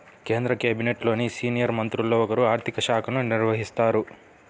కేంద్ర క్యాబినెట్లోని సీనియర్ మంత్రుల్లో ఒకరు ఆర్ధిక శాఖను నిర్వహిస్తారు